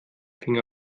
finger